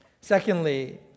Secondly